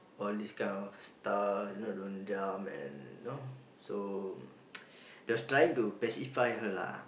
all these kind of stuff you know don't jump and you know so they was trying to pacify her lah